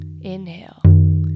inhale